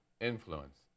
influence